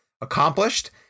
accomplished